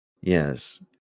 Yes